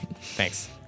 Thanks